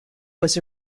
was